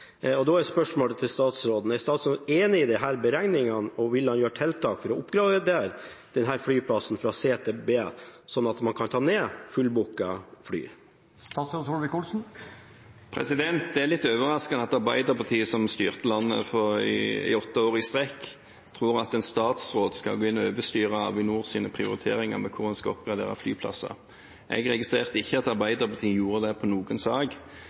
det. Da er spørsmålet til statsråden: Er statsråden enig i disse beregningene, og vil han gjøre tiltak for å oppgradere denne flyplassen fra C- til B-flyplass, slik at man kan ta ned fullbookede fly? Det er litt overraskende at Arbeiderpartiet, som styrte landet åtte år i strekk, tror at en statsråd skal gå inn og overstyre Avinors prioriteringer for hvor man skal oppgradere flyplasser. Jeg registrerte ikke at Arbeiderpartiet gjorde det i noen sak.